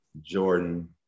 Jordan